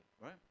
right